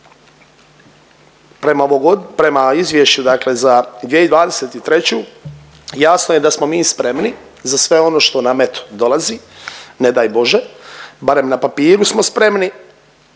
prema izvješću dakle za 2023. jasno je da smo mi spremni za sve ono što nam eto dolazi, ne daj Bože, barem na papiru smo spremi